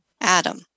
Adam